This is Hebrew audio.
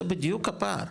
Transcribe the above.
זה בדיוק הפער.